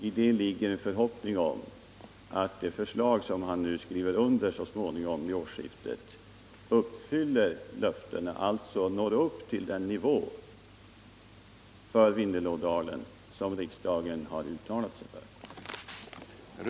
I det ligger en förhoppning om att det förslag som han så småningom skriver under uppfyller löftena, dvs. når upp till den nivå som riksdagen har uttalat sig för.